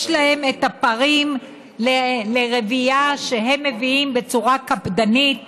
יש להם את הפרים לרבייה שהם מביאים בצורה קפדנית ומסודרת,